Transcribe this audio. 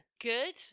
Good